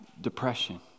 depression